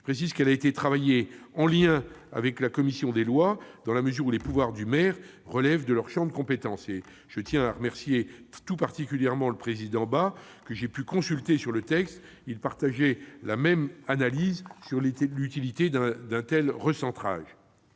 Je précise que cette solution a été travaillée en lien avec la commission des lois, dans la mesure où les pouvoirs du maire relèvent de son champ de compétence. Je tiens d'ailleurs à remercier tout particulièrement le président Bas, que j'ai pu consulter sur le texte ; il partageait la même analyse sur l'utilité d'un tel recentrage.